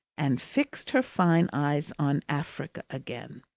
and fixed her fine eyes on africa again.